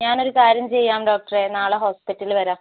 ഞാൻ ഒരു കാര്യം ചെയ്യാം ഡോക്ടറേ നാളെ ഹോസ്പിറ്റലിൽ വരാം